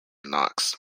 knox